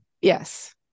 yes